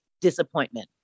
disappointment